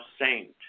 Saint